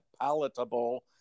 palatable